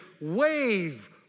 wave